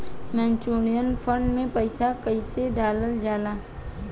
Mutual fund मे पईसा कइसे डालल जाला?